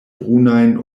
brunajn